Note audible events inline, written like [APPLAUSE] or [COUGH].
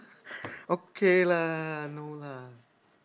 [BREATH] okay lah no lah